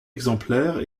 exemplaire